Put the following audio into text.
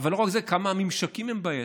אבל לא רק זה, כמה הממשקים הם בעייתיים.